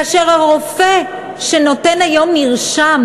כאשר הרופא שנותן היום מרשם,